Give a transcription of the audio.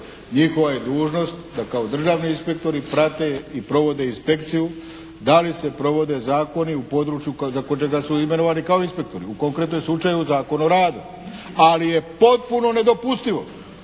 Njihova je dužnost da kao državni inspektori prate i provode inspekciju da li se provode zakoni u području za kojega su imenovani kao inspektori, u konkretnom slučaju Zakon o radu. Ali je potpuno nedopustivo